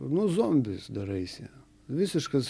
nu zombis daraisi visiškas